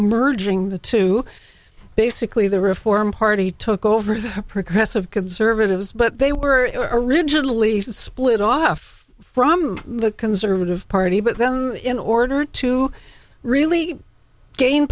merging the two basically the reform party took over the progressive conservatives but they were originally split off from the conservative party but then in order to really gain